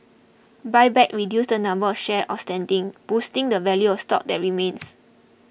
buybacks reduce the number of shares outstanding boosting the value of stock that remains